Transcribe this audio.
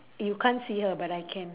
you can't see her but I can